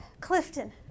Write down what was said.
Clifton